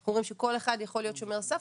אנחנו אומרים שכל אחד יכול להיות שומר סף,